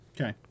Okay